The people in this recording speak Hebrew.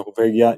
נורווגיה,